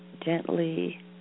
gently